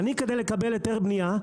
כדי לקבל היתרי בנייה,